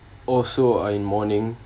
also are in mourning